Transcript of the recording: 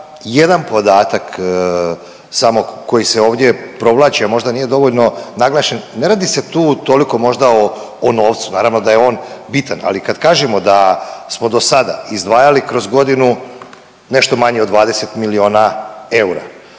jedan podatak samo koji se ovdje provlači, a možda nije dovoljno naglašen. Ne radi se tu toliko možda o novcu, naravno da je on bitan, ali kad kažemo da smo dosada izdvajali kroz godinu nešto manje od 20 miliona eura,